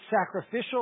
sacrificial